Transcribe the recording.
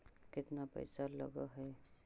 केतना पैसा लगय है?